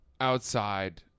outside